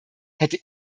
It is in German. hätte